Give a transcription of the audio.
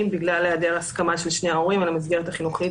בגלל היעדר הסכמה של שני ההורים על המסגרת החינוכית,